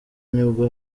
nibwo